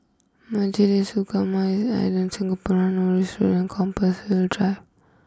Majlis Ugama Islam Singapura Norris Road and Compassvale Drive